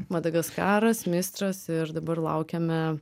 madagaskaras mistras ir dabar laukiame